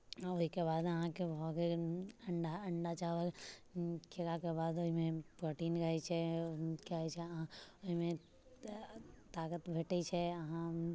ओहिके बाद अहाँके भऽ गेल अण्डा अण्डा चावल खेलाके बाद ओहिमे प्रोटीन रहैत छै कि कहैत छै अहाँ ओहिमे ताकत भेटैत छै अहाँ